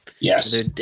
Yes